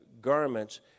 garments